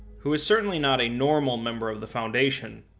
who is certainly not a normal member of the foundation,